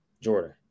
Jordan